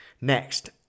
Next